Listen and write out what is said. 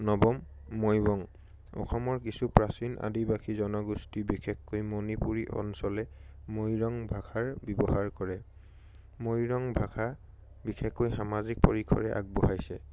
নৱম মৈৰং অসমৰ কিছু প্ৰাচীন আদিবাসী জনগোষ্ঠী বিশেষকৈ মণিপুৰী অঞ্চলে মৈৰং ভাষাৰ ব্যৱহাৰ কৰে মৈৰং ভাষা বিশেষকৈ সামাজিক পৰিসৰে আগবঢ়াইছে